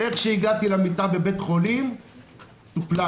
איך שהגעתי למיטה בבית חולים היא טופלה,